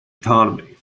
autonomy